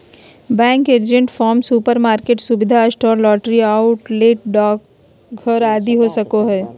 bank agent farm, supermarket, सुविधा store, lottery outlet, डाकघर आदि हो सको हइ